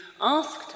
asked